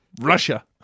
Russia